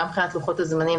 גם מבחינת לוחות הזמנים,